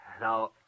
Now